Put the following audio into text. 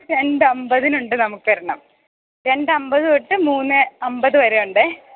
രണ്ട് അൻപതിനുണ്ട് നമുക്കൊരെണ്ണം രണ്ട് അൻപത് തൊട്ട് മൂന്നേ അൻപതു വരെ ഉണ്ടേ